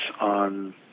on